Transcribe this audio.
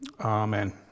amen